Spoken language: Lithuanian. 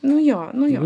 nu jo nu jo